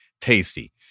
tasty